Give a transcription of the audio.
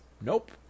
Nope